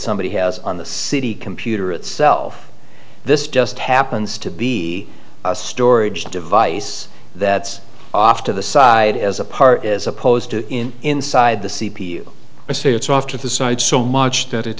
somebody has on the city computer itself this just happens to be a storage device that's off to the side as a part as opposed to in inside the c p u i say it's off to the side so much that it